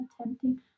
attempting